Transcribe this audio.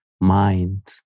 mind